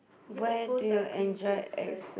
mean Ofo cycling take exercise